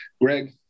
Greg